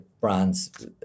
brands